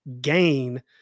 gain